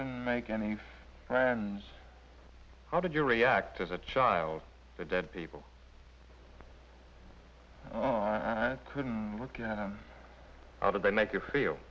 can make any friends how did you react as a child to dead people oh and i couldn't look at how did they make you feel